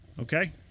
Okay